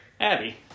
Abby